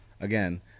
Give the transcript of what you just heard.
again –